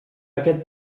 aquest